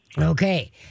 okay